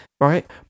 Right